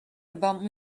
about